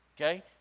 Okay